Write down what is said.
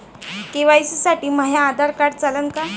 KYC साठी माह्य Aadhaar card चालन का?